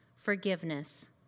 Forgiveness